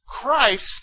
Christ